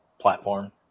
platform